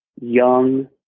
young